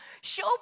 Show